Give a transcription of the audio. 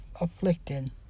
afflicted